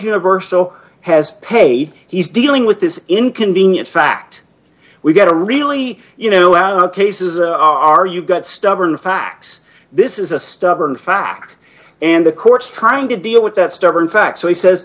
universal has paid he's dealing with this inconvenient fact we've got to really you know our cases are you got stubborn facts this is a stubborn fact and the courts trying to deal with that stubborn fact so he says